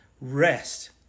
rest